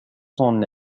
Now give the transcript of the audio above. son